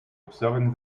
observing